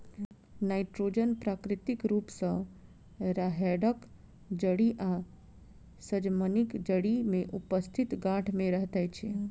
nitrogen प्राकृतिक रूप सॅ राहैड़क जड़ि आ सजमनिक जड़ि मे उपस्थित गाँठ मे रहैत छै